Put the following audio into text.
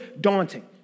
daunting